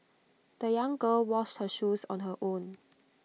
the young girl washed her shoes on her own